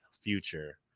future